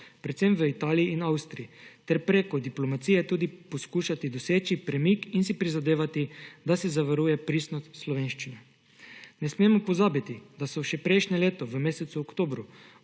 predvsem v Italiji in Avstriji ter preko diplomacije tudi poskušati doseči premik in si prizadevati, da se zavaruje pristnost slovenščine. Ne smemo pozabiti, da so še prejšnje leto v mesecu oktobru